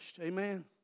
Amen